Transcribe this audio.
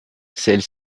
celle